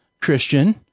Christian